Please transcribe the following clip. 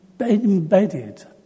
embedded